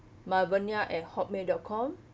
malvania at Hotmail dot com